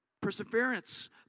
Perseverance